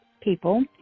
people